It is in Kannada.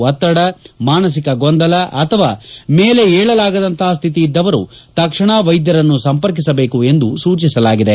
ಒತ್ತಡ ಮಾನಸಿಕ ಗೊಂದಲ ಅಥವಾ ಮೇಲೇಳಲಾಗದಂತಹ ಸ್ಥಿತಿ ಇದ್ದವರು ತಕ್ಷಣ ವೈದ್ಯರನ್ನು ಸಂಪರ್ಕಿಸಬೇಕು ಎಂದು ಸೂಚಿಸಲಾಗಿದೆ